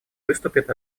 выступит